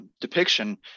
depiction